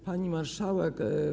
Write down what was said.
Pani Marszałek!